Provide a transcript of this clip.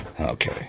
Okay